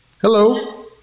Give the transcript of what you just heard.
Hello